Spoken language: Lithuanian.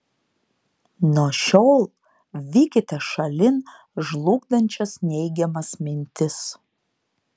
nuo šiol vykite šalin žlugdančias neigiamas mintis